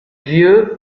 vieux